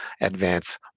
advance